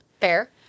Fair